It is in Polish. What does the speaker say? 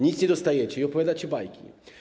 Nic nie dostajecie i opowiadacie bajki.